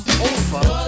over